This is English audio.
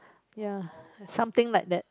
yeah something like that